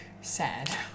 sad